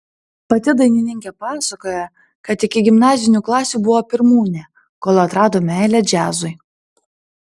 pati dainininkė pasakoja kad iki gimnazinių klasių buvo pirmūnė kol atrado meilę džiazui